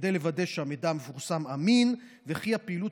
כדי לוודא שהמידע המפורסם אמין ושהפעילות